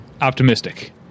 optimistic